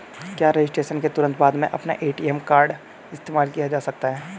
क्या रजिस्ट्रेशन के तुरंत बाद में अपना ए.टी.एम कार्ड इस्तेमाल किया जा सकता है?